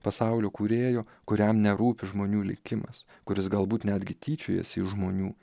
pasaulio kūrėjo kuriam nerūpi žmonių likimas kuris galbūt netgi tyčiojasi iš žmonių